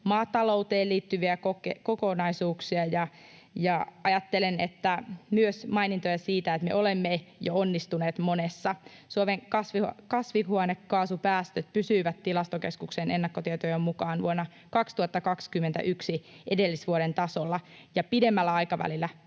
maatalouteen liittyviä kokonaisuuksia ja ajattelen, että myös mainintoja siitä, että me olemme jo onnistuneet monessa. Suomen kasvihuonekaasupäästöt pysyivät Tilastokeskuksen ennakkotietojen mukaan vuonna 2021 edellisvuoden tasolla, ja pidemmällä aikavälillä